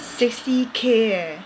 sixty K eh